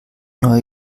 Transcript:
neue